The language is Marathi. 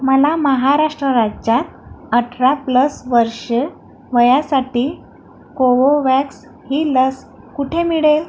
मला महाराष्ट्र राज्यात अठरा प्लस वर्ष वयासाठी कोवोवॅक्स ही लस कुठे मिळेल